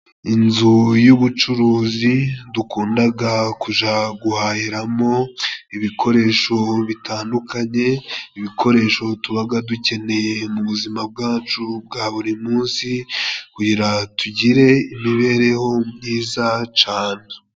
Inzu y'ubucuruzi dukundaga kuja guhahiramo ibikoresho bitandukanye, ibikoresho tubaga dukeneye mu buzima bwacu bwa buri munsi, kugira tugire imibereho myiza cyane.